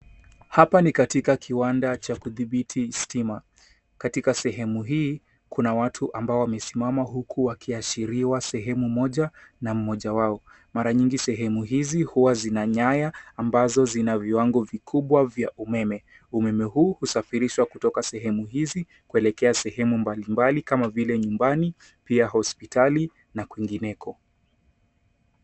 Hapa ni katika kiwanda cha kudhibiti stima. Katika sehemu hii kuna watu ambao wamesimama huku wakiashiriwa sehemu moja na mmoja wao. Mara nyingi sehemu hizi huwa zina nyaya ambazo zina viwango vikubwa vya umeme. Umeme huu husafirishwa kutoka sehemu hizi kuelekea sehemu mbalimbali kama vile nyumbani, pia hospitali na kwingineko.